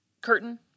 curtain